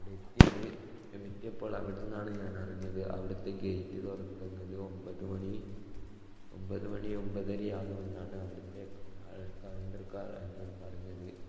അവിടെ എത്തിയത് എത്തിയപ്പോൾ അവിടുന്നാണ് ഞാൻ അറിഞ്ഞത് അവിടുത്തെ ഗേറ്റ് തുറക്കുന്നത് ഒമ്പത് മണി ഒമ്പത് മണിഒമ്പതര ആകുമെന്നാണ് അവിടുത്തെ കൗണ്ടർകാർ എന്നോട് പറഞ്ഞത്